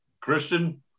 Christian